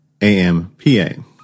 AMPA